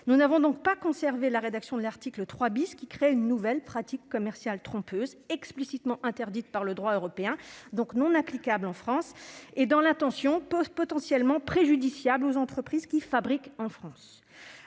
Nous n'avons donc pas conservé la rédaction de l'article 3 , qui créait une nouvelle pratique commerciale trompeuse, explicitement interdite par le droit européen, donc non applicable en France et, dans l'intention, potentiellement préjudiciable aux entreprises qui « fabriquent en France